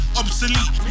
obsolete